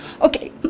Okay